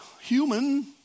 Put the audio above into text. human